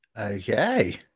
Okay